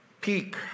peak